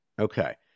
Okay